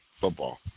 football